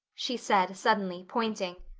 she said suddenly, pointing.